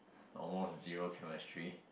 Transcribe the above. almost zero chemistry